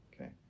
Okay